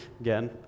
again